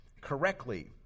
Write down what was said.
correctly